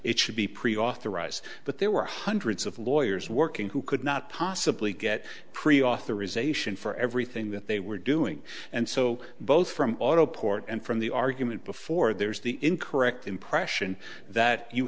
it should be pre authorized but there were hundreds of lawyers working who could not possibly get preauthorization for everything that they were doing and so both from auto port and from the argument before there was the incorrect impression that you